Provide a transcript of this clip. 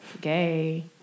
gay